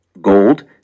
gold